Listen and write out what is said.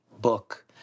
book